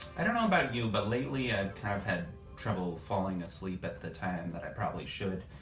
i don't know about you, but lately i've kind of had trouble falling asleep at the time that i probably should.